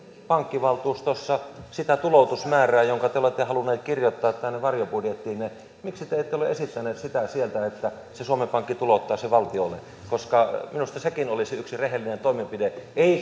pankkivaltuustossa sitä tuloutusmäärää jonka te olette halunneet kirjoittaa tänne varjobudjettiinne miksi te ette ole esittäneet sitä siellä että suomen pankki tulouttaisi sen valtiolle minusta sekin olisi yksi rehellinen toimenpide ei